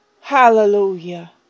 Hallelujah